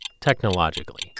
technologically